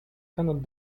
cannot